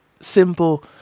simple